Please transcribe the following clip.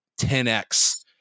10x